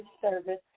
service